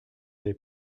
des